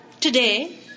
today